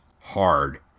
Hard